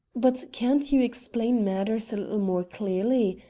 but can't you explain matters a little more clearly?